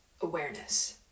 awareness